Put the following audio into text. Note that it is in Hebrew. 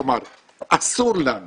כלומר אסור לנו